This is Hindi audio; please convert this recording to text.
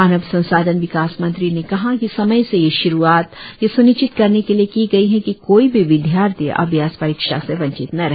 मानव संसाधन विकास मंत्री ने कहा कि समय से यह श्रूआत यह स्निश्चित करने के लिए की गई है कि कोई भी विद्यार्थी अभ्यास परीक्षा से वंचित न रहे